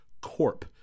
corp